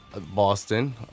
Boston